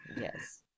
yes